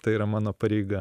tai yra mano pareiga